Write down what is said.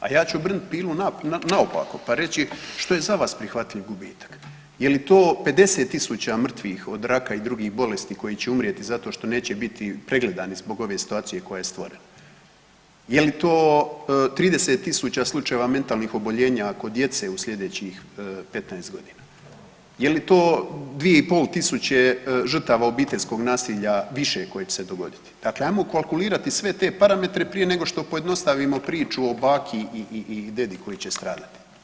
A ja ću obrnut pilu naopako, pa reći što je za vas prihvatljiv gubitak, je li to 50.000 mrtvih od raka i drugih bolesti koji će umrijeti zato što neće biti pregledani zbog ove situacije koja je stvorena, je li to 30.000 slučajeva mentalnih oboljenja kod djece u slijedećih 15.g., je li to 2.500 žrtava obiteljskog nasilja više koje će se dogoditi, dakle ajmo kalkulirati sve te parametre prije nego što pojednostavimo priču o baki i dedi koji će stradati.